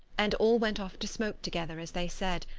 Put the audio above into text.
and all went off to smoke together, as they said,